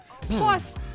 Plus